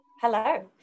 Hello